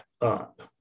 up